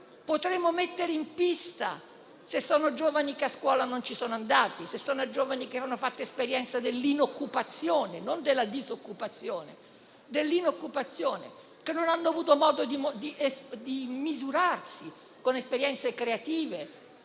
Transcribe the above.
potremmo mettere in pista, se a scuola non ci sono andati, se hanno fatto esperienza dell'inoccupazione e non della disoccupazione, se non hanno avuto modo di misurarsi con esperienze creative,